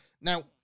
Now